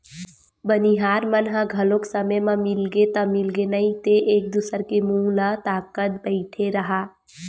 बनिहार मन ह घलो समे म मिलगे ता मिलगे नइ ते एक दूसर के मुहूँ ल ताकत बइठे रहा